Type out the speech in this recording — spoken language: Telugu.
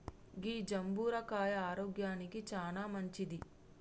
గీ జంబుర కాయ ఆరోగ్యానికి చానా మంచింది